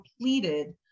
completed